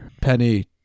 Penny